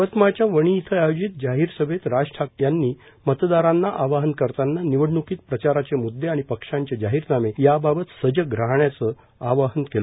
यवतमाळच्या वणी इथं आयोजित जाहीर सभैत राज ठाकरे यांनी मतदारांना आवाहन करताना निवडण्कीत प्रचाराचे म्द्दे आणि पक्षांचे जाहीरनामे याबाबत सजग राहण्याचं देखील आवाहन केलं